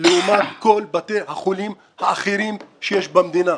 לעומת כל בתי החולים האחרים שיש במדינה.